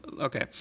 okay